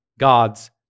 God's